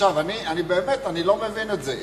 עכשיו אני באמת לא מבין את זה.